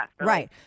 Right